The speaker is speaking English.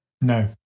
No